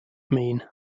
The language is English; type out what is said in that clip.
mean